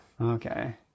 Okay